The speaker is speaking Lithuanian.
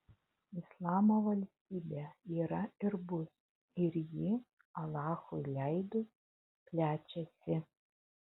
islamo valstybė yra ir bus ir ji alachui leidus plečiasi